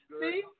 See